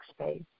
space